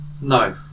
No